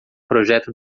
projeto